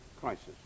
crisis